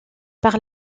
par